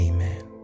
Amen